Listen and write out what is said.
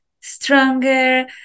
stronger